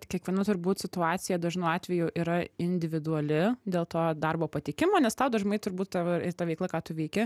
kiekviena turbūt situacija dažnu atveju yra individuali dėl to darbo patikimo nes tau dažnai turbūt a ta veikla ką tu veiki